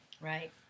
Right